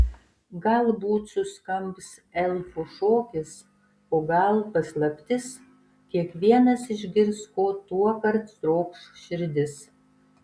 galbūt suskambs elfų šokis o gal paslaptis kiekvienas išgirs ko tuokart trokš širdis